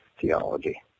theology